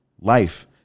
life